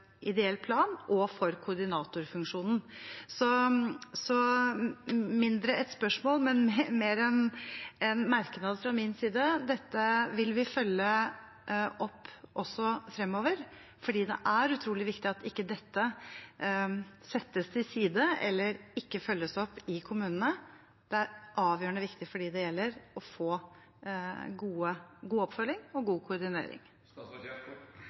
ideell plan og koordinatorfunksjonen. Ikke så mye et spørsmål, men mer en merknad fra min side: Dette vil vi følge opp også fremover, for det er utrolig viktig at dette ikke settes til side eller ikke følges opp i kommunene. Det er avgjørende viktig for dem det gjelder, å få god oppfølging og god koordinering.